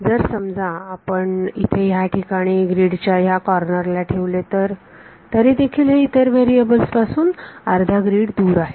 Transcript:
जर समजा पण इथे या ठिकाणी ग्रीड च्या ह्या कॉर्नर ला ठेवले तरी देखील हे इतर व्हेरीएबल्स पासून अर्धा ग्रीड दूर आहेत